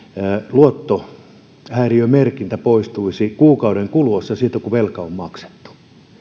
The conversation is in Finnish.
luottohäiriömerkintä poistuisi kuukauden kuluessa siitä kun velka on maksettu